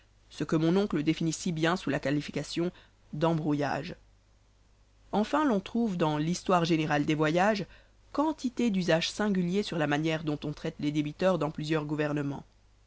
ce que mon oncle définit si bien sous la qualification d'embrouillage enfin l'on trouve dans l'histoire générale des voyages quantité d'usages singuliers sur la manière dont on traite les débiteurs dans plusieurs gouvernemens